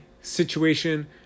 situation